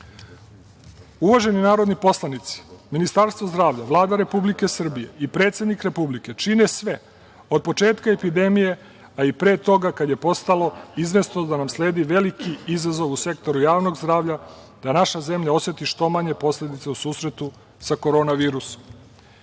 narodni poslanici, Ministarstvo zdravlja, Vlada Republike Srbije i predsednik Republike čine sve od početka epidemije, a i pre toga, kada je postalo izvesno da nam sledi veliki izazov u sektoru javnog zdravlja, da naša zemlja oseti što manje posledica u susretu sa korona virusom